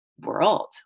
world